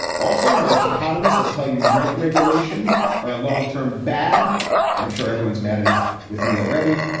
also most economists will tell you rent regulation are a long term bad but i'm sure everyone's mad enough with me already.